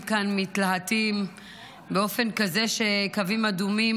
כאן מתלהטים באופן כזה שעוברים על קווים אדומים,